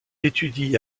étudie